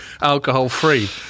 alcohol-free